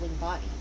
body